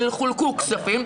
חולקו כספים,